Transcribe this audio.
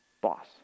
boss